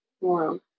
Wow